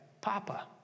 Papa